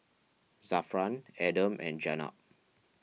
Zafran Adam and Jenab